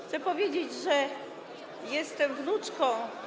Chcę powiedzieć, że jestem wnuczką.